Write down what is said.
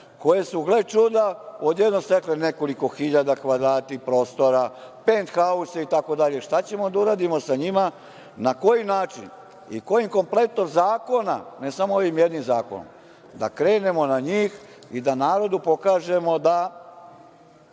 koje su, gle čuda, odjednom stekle nekoliko hiljada kvadrata prostora, penthause i tako dalje? Šta ćemo da uradimo sa njima, na koji način i kojim kompletom zakona, ne samo ovim jednim zakonom, da krenemo na njih i da narodu pokažemo da